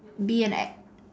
be an act